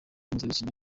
mpuzabitsina